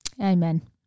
Amen